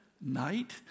night